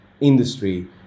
industry